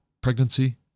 pregnancy